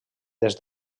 des